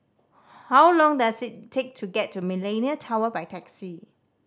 how long does it take to get to Millenia Tower by taxi